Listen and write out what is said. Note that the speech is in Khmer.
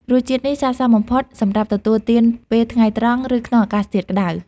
រសជាតិនេះស័ក្តិសមបំផុតសម្រាប់ទទួលទានពេលថ្ងៃត្រង់ ឬក្នុងអាកាសធាតុក្តៅ។